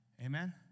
Amen